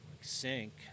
sink